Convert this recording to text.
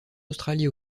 australie